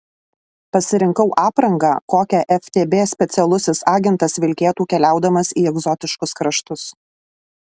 pasirinkau aprangą kokią ftb specialusis agentas vilkėtų keliaudamas į egzotiškus kraštus